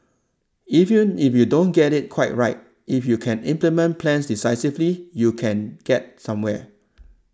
even if you don't get it quite right if you can implement plans decisively you can get somewhere